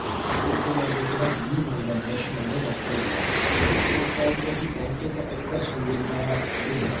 ਤਾਂ ਉੱਥੇ ਜਾ ਕੇ ਕਿਹੜਾ ਵਿਊ ਬਣਦਾ ਦ੍ਰਿਸ਼ ਬਣਦਾ ਉਹ ਵੱਖਰਾ ਹੀ ਹੁੰਦਾ ਉਸ ਟਾਈਮ ਜਦੋਂ ਅਸੀਂ ਪਹੁੰਚੇ ਤਾਂ ਇੱਕ ਤਾਂ ਸੂਰਜ ਦਾ ਡੁੱਬਣਾ